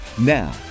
Now